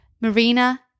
Marina